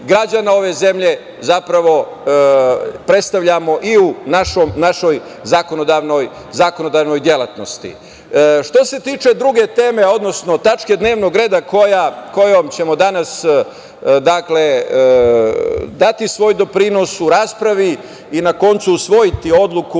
građana ove zemlje predstavljamo i u našoj zakonodavnoj delatnosti. Što se tiče druge teme, odnosno tačke dnevnog reda kojom ćemo danas dati svoj doprinos u raspravi i na koncu usvojiti odluku